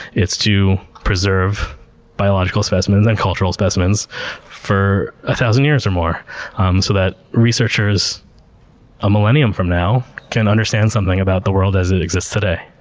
it's to preserve biological specimens and cultural specimens for a thousand years or more um so that researchers a millennium from now can understand something about the world as it exists today.